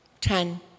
Ten